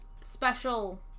special